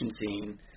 scene